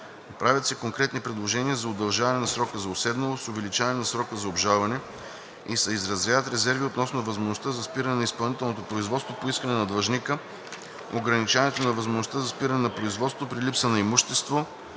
Правят се конкретни предложения за удължаване на срока за уседналост, увеличаване на срока за обжалване и се изразяват резерви относно възможността за спиране на изпълнителното производство по искане на длъжника, ограничаването на възможността за спиране на производството при липса на имущество,